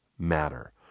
matter